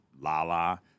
Lala